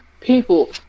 people